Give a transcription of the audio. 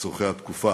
לצורכי התקופה.